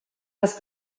les